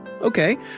Okay